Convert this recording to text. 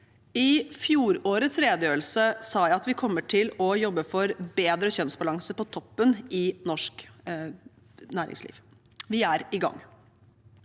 I fjorårets redegjørelse sa jeg at vi kommer til å jobbe for bedre kjønnsbalanse på toppen i norsk næringsliv. Vi er i gang.